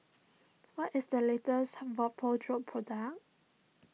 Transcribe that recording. what is the latest Vapodrops product